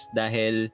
dahil